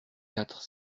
quatre